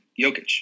Jokic